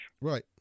Right